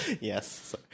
Yes